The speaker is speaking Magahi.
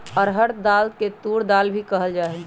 अरहर दाल के तूर दाल भी कहल जाहई